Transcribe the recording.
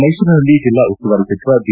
ಮೈಸೂರಿನಲ್ಲಿ ಜಿಲ್ಲಾ ಉಸ್ತುವಾರಿ ಸಚಿವ ಜಿ